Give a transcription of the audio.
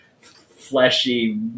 fleshy